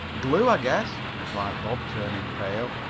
glue i guess, replied bob, turning pale.